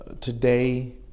today